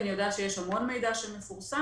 אני יודעת שיש המון מידע שמפורסם,